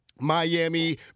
Miami